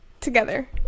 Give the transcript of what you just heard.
Together